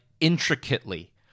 intricately